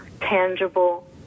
tangible